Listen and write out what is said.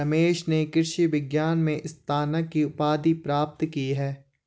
रमेश ने कृषि विज्ञान में स्नातक की उपाधि प्राप्त की